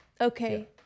okay